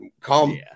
Come